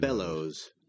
Bellows